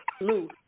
Lou